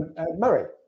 Murray